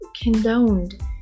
condoned